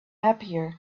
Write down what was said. happier